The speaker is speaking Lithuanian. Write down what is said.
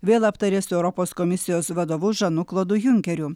vėl aptarė su europos komisijos vadovu žanu klodu junkeriu